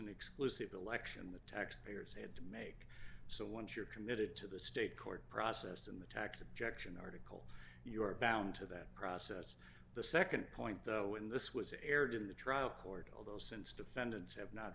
an exclusive election the taxpayers they had to make so once you're committed to the state court process and the tax objection are to your bound to that process the nd point though when this was aired in the trial court although since defendants have not